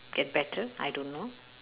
get better I don't know